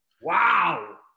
wow